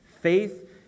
Faith